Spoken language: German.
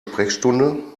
sprechstunde